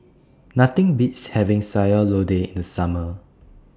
Nothing Beats having Sayur Lodeh in The Summer